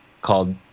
called